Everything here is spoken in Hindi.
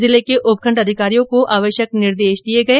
जिले के उपखंड अधिकारियों को आवश्यक निर्देश दिये गए